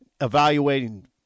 evaluating